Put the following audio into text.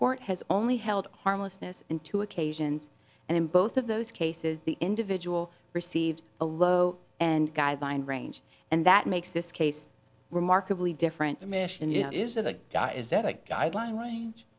court has only held harmlessness in two occasions and in both of those cases the individual received a low and guideline range and that makes this case remarkably different mission you know is it a guy is that a guideline range